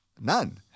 None